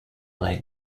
like